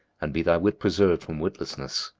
and be thy wit preserved from witlessness!